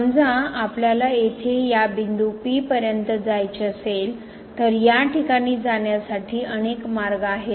समजा आपल्याला येथे या बिंदू पर्यंत जायचे असेल तर या ठिकाणी जाण्यासाठी अनेक मार्ग आहेत